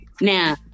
Now